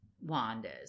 Wanda's